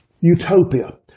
utopia